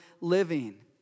living